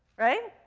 right?